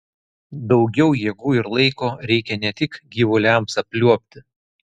daugiau jėgų ir laiko reikia ne tik gyvuliams apliuobti